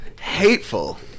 Hateful